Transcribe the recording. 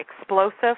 explosive